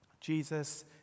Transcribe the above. Jesus